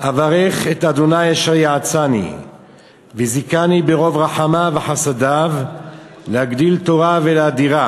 "אברך את ה' אשר יעצני וזיכני ברוב רחמיו וחסדיו להגדיל תורה ולהאדירה,